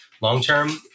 long-term